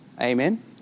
Amen